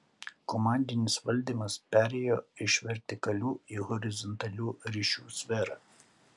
komandinis valdymas perėjo iš vertikalių į horizontalių ryšių sferą